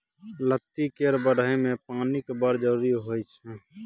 लत्ती केर बढ़य मे पानिक बड़ जरुरी होइ छै